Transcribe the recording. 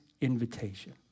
invitation